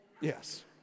Yes